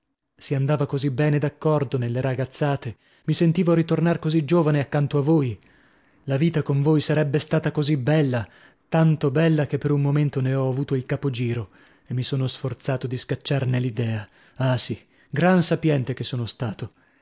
si andava così bene d'accordo nelle ragazzate mi sentivo ritornar così giovane accanto a voi la vita con voi sarebbe stata così bella tanto bella che per un momento ne ho avuto il capogiro e mi sono sforzato di scacciarne l'idea ah sì gran sapiente che sono stato